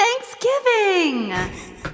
Thanksgiving